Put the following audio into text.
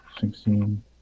sixteen